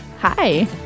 hi